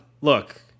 Look